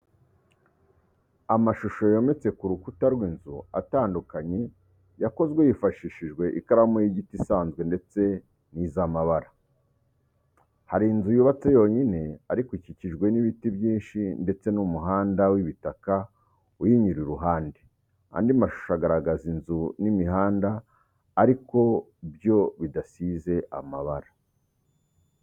Amashusho yometse ku rukuta rw'inzu, atandukanye yakozwe hifashishijwe ikaramu y'igiti isanzwe ndetse n'iz'amabara, hari inzu yubatse yonyine ariko ikikijwe n'ibiti byinshi ndetse n'umuhanda w'ibitaka uyinyura iruhande. Andi mashusho agaragaza inzu n'imihanda ariko byo bidasize amabara.